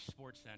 SportsCenter